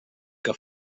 que